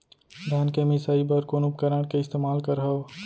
धान के मिसाई बर कोन उपकरण के इस्तेमाल करहव?